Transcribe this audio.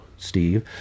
steve